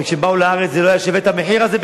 וכשהם באו לארץ זה לא היה שווה את המחיר הזה בכלל,